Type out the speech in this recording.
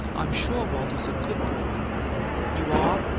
i'm sure walter's a good boy you are?